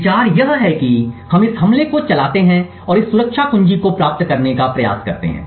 विचार यह है कि हम इस हमले को चलाते हैं और इस सुरक्षा कुंजी को प्राप्त करने का प्रयास करते हैं